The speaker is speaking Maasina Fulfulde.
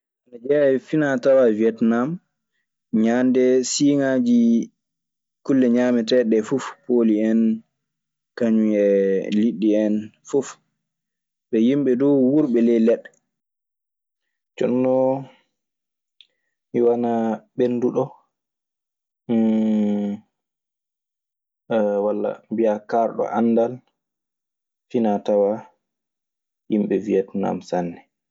Anajeya e finatawa wietenam, ŋande singaji kuleje ŋameeteɗe fu, poli hen kaŋum e liɗi hen fuf, ɓe yimɓe dun wurɓe ley leɗɗe. Jonnon mi wanaa ɓennduɗo walla mbiyaa kaarɗo anndal finaatawaa yimɓe Wietnam sanne.